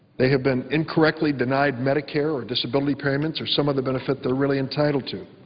they have been incorrectly denied medicare or disability payments or some other benefit they are really entitled to.